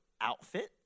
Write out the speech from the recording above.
outfit